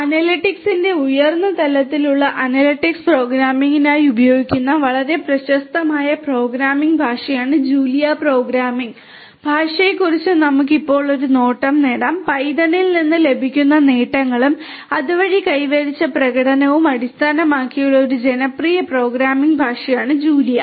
അനലിറ്റിക്സിന്റെ ഉയർന്ന തലത്തിലുള്ള അനലിറ്റിക്സ് പ്രോഗ്രാമിംഗിനായി ഉപയോഗിക്കുന്ന വളരെ പ്രശസ്തമായ പ്രോഗ്രാമിംഗ് ഭാഷയായ ജൂലിയ പ്രോഗ്രാമിംഗ് ഭാഷയെക്കുറിച്ച് നമുക്ക് ഇപ്പോൾ ഒരു നോട്ടം നേടാം പൈത്തണിൽ നിന്ന് ലഭിക്കുന്ന നേട്ടങ്ങളും അതുവഴി കൈവരിച്ച പ്രകടനവും അടിസ്ഥാനമാക്കിയുള്ള ഒരു ജനപ്രിയ പ്രോഗ്രാമിംഗ് ഭാഷയാണ് ജൂലിയ